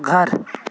گھر